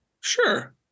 sure